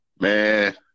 Man